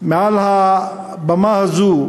מעל הבמה הזו,